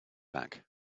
back